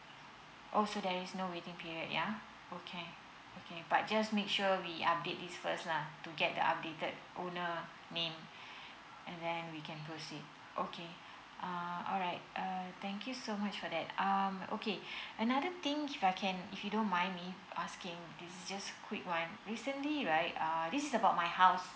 oh so there's no waiting period yeah okay okay but just make sure we update this first lah to get the updated owner name and then we can proceed okay uh alright err thank you so much for that um okay another thing if I can If you don't mind me asking It's just quick one recently right um this is about my house